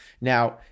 Now